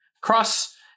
cross